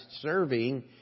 serving